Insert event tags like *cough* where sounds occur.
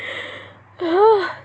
*laughs*